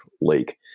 Lake